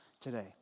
today